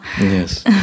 yes